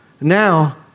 Now